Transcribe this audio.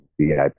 VIP